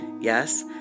Yes